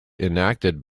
enacted